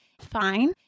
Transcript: fine